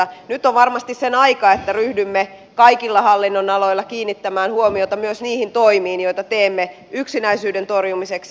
nyt on varmasti sen aika että ryhdymme kaikilla hallinnonaloilla kiinnittämään huomiota myös niihin toimiin joita teemme yksinäisyyden torjumiseksi